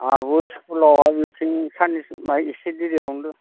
आंहाबो स्खुलावहाय एसे देरिआवनो दं